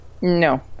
No